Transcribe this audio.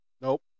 Nope